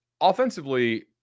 offensively